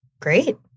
great